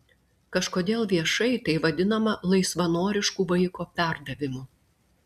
kažkodėl viešai tai vadinama laisvanorišku vaiko perdavimu